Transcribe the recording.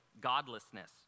godlessness